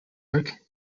work